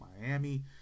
Miami